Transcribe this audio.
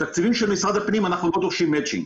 בתקציבים של משרד הפנים אנחנו לא דורשים מצ'ינג.